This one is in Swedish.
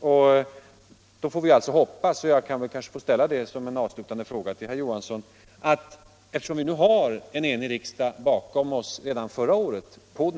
Avslutningsvis vill jag säga följande till herr Johansson i Trollhättan. Eftersom vi på denna punkt har en enig riksdag bakom oss sedan förra året, får